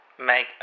make